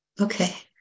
Okay